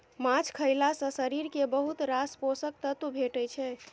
माछ खएला सँ शरीर केँ बहुत रास पोषक तत्व भेटै छै